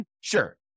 Sure